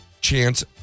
chance